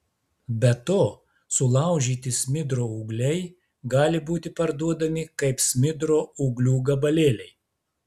be to sulaužyti smidro ūgliai gali būti parduodami kaip smidro ūglių gabalėliai